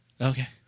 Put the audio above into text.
Okay